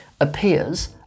appears